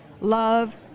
Love